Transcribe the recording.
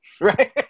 Right